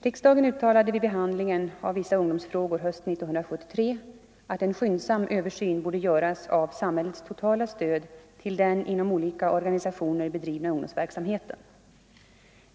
Riksdagen uttalade vid behandlingen av vissa ungdomsfrågor hösten 1973 att en skyndsam översyn borde göras av samhällets totala stöd till den inom olika organisationer bedrivna ungdomsverksamheten.